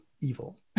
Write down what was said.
evil